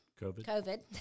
COVID